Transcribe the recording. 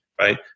right